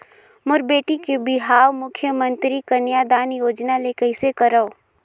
मोर बेटी के बिहाव मुख्यमंतरी कन्यादान योजना ले कइसे करव?